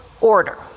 order